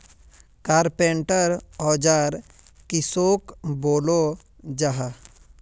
Carpenter औजार किसोक बोलो जाहा?